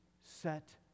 set